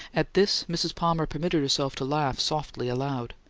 at this mrs. palmer permitted herself to laugh softly aloud.